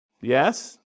Yes